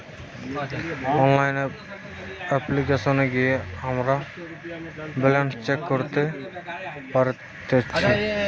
online অপ্লিকেশনে গিয়ে আমরা ব্যালান্স চেক করতে পারতেচ্ছি